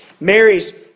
Mary's